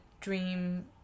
dream